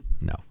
No